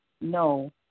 No